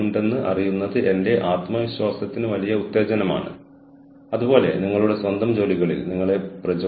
ഞങ്ങൾ അതേ ഉൽപ്പന്നം ആണ് വാഗ്ദാനം ചെയ്യുന്നത് പക്ഷേ ഞങ്ങൾ നിങ്ങൾക്ക് അതോടൊപ്പം മികച്ച സേവനം വാഗ്ദാനം ചെയ്യും